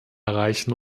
erreichen